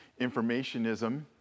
Informationism